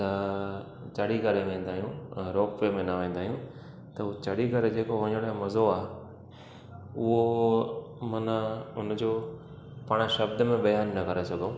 त चढ़ी करे वेंदा आहियूं रोप वे में न वेंदा आहियूं त हू चढ़ी करे जेको वञण जो मज़ो आहे उहो माना हुनजो पाणि शब्द में बयानु न करे सघूं